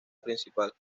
principal